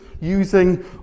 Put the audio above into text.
using